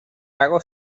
pago